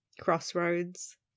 crossroads